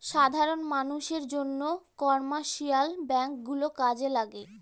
সাধারন মানষের জন্য কমার্শিয়াল ব্যাঙ্ক গুলো কাজে লাগে